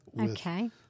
Okay